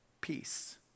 peace